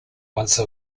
once